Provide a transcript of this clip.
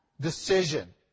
decision